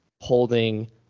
holding